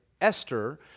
Esther